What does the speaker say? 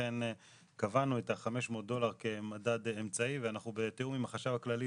ולכן קבענו את ה-500 דולר כמדד אמצעי ואנחנו בתיאום עם החשב הכללי